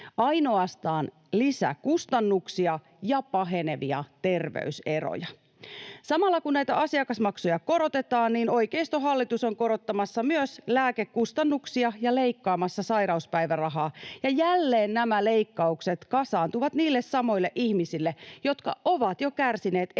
ainoastaan lisäkustannuksia ja pahenevia terveyseroja. Samalla kun näitä asiakasmaksuja korotetaan, niin oikeistohallitus on korottamassa myös lääkekustannuksia ja leikkaamassa sairauspäivärahaa, ja jälleen nämä leikkaukset kasaantuvat niille samoille ihmisille, jotka ovat jo kärsineet eniten